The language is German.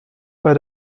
bei